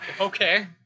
Okay